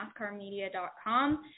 NASCARmedia.com